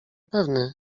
pewny